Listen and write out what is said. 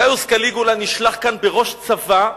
גאיוס קליגולה נשלח לכאן בראש צבא,